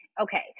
Okay